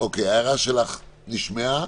ההערה שלך נשמעה.